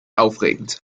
aufregend